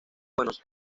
buenos